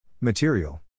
Material